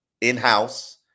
in-house